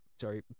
sorry